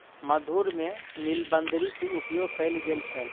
मधुर में नीलबदरी के उपयोग कयल गेल छल